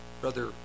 Brother